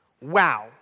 Wow